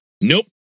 nope